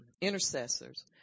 intercessors